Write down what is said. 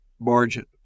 margin